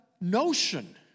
notion